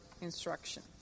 instruction